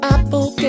Apple